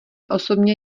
osobně